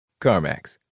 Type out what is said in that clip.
CarMax